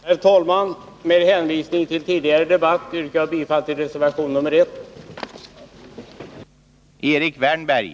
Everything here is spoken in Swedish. Herr talman! Med hänvisning till den debatt som tidigare har förekommit i detta ärende ber jag att få yrka bifall till reservationen.